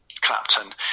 Clapton